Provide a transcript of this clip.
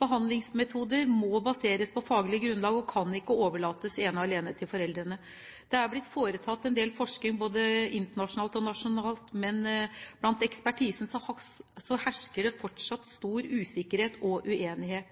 Behandlingsmetoder må baseres på faglig grunnlag og kan ikke overlates ene og alene til foreldrene. Det er blitt foretatt en del forskning både internasjonalt og nasjonalt, men blant ekspertisen hersker det fortsatt stor usikkerhet og uenighet.